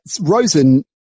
Rosen